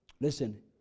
Listen